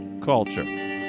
culture